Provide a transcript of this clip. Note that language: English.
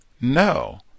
no